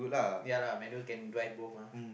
ya lah manual can drive both ah